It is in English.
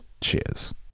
Cheers